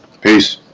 peace